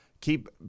keep